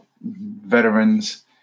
veterans